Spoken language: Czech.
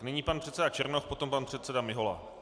Nyní pan předseda Černoch, potom pan předseda Mihola.